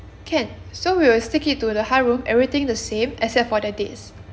can so we will stick it to the high room everything the same except for the dates